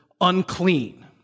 unclean